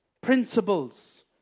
principles